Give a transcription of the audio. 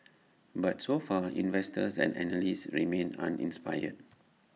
but so far investors and analysts remain uninspired